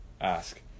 ask